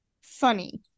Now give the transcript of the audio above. funny